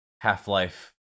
Half-Life